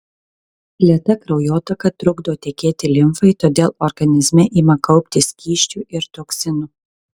lėta kraujotaka trukdo tekėti limfai todėl organizme ima kauptis skysčių ir toksinų